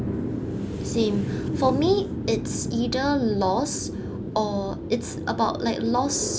same for me it's either loss or it's about like loss